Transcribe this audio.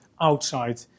outside